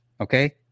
Okay